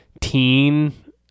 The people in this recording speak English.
teen